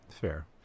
Fair